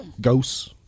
Ghosts